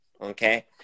okay